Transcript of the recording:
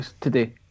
today